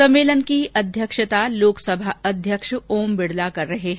सम्मेलन की अध्यक्षता लोकसभा अध्यक्ष ओम बिरला कर रहे हैं